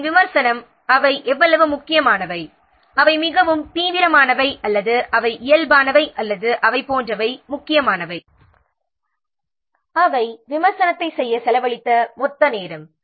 அவற்றின் விமர்சனம் அவை எவ்வளவு முக்கியமானவை அவை மிகவும் தீவிரமானவை அல்லது அவை இயல்பானவை அல்லது அவை போன்றவை முக்கியமானவை அவை விமர்சனத்தைச் செய்ய செலவழித்த மொத்த நேரம்